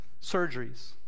surgeries